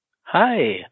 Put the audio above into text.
Hi